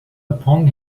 upon